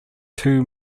two